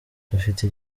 dufite